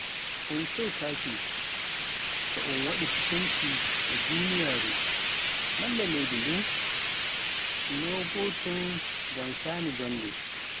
un keutaaki so un waɗi hakunci e duniyaaru malla leyɗe ɗin naa ɗi gotoom ngam shaani joonde.